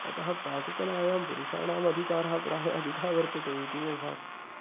अतः पाककलायां पुरुषाणाम् अधिकारः प्रायः अधिकः वर्तते इति मे भाति